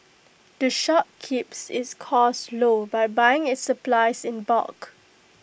the shop keeps its cost low by buying its supplies in bulk